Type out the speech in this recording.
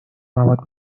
مواد